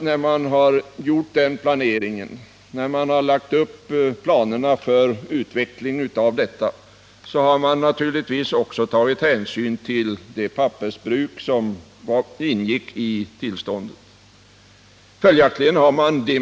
När man har lagt upp planerna för denna utveckling har man naturligtvis dimensionerat med hänsyn till det pappersbruk som ingick i tillståndet.